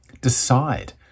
decide